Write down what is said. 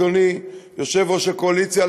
אדוני יושב-ראש הקואליציה,